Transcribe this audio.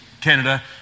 Canada